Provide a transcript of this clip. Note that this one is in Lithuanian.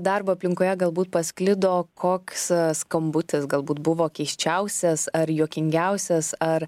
darbo aplinkoje galbūt pasklido koks skambutis galbūt buvo keisčiausias ar juokingiausias ar